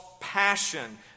passion